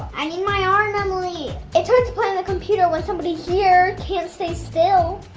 i need my arm emily. it's hard to play on the computer with somebody here can't stay still.